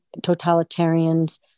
totalitarians